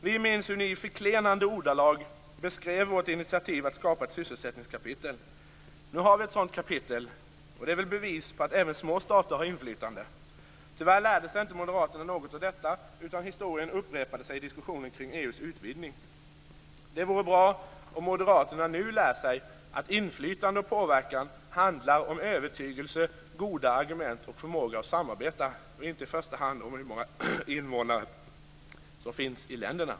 Vi minns hur ni i förklenande ordalag beskrev vårt initiativ att skapa ett sysselsättningskapitel. Nu har vi ett sådant kapitel, och det är väl bevis för att även små stater har inflytande. Tyvärr lärde sig inte moderaterna något av detta, utan historien upprepade sig i diskussionen kring EU:s utvidgning. Det vore bra om moderaterna nu lär sig att inflytande och påverkan handlar om övertygelse, goda argument och förmåga att samarbeta, inte i första hand om hur många invånare det finns i länderna.